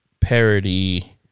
parody